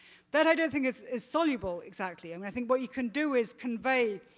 that i don't think is is soluble exactly. i mean i think what you can do is convey,